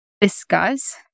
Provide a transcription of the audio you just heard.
discuss